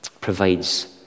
provides